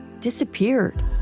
disappeared